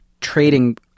trading